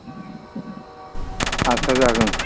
आस्सा जागोन